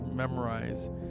memorize